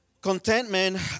contentment